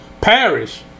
parish